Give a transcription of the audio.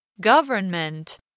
Government